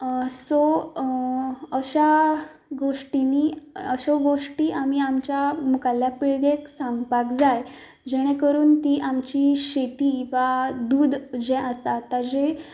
so अशा गोश्टींनी अशो गोश्टी आमी आमच्या मुखावेल्या पिळगेक सांगपाक जाय जेणें करून तीं आमची शेती वा दूध जें आसा